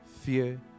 fear